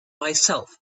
myself